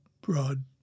broad